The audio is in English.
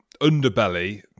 underbelly